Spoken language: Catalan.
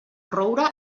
roure